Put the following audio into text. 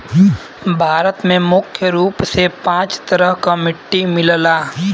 भारत में मुख्य रूप से पांच तरह क मट्टी मिलला